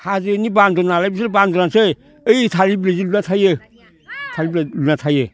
हाजोनि बान्द'र नालाय बिसोर बान्द'रानोसै ओइ थायो बिदिनो थायो लुना थायो